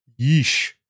Yeesh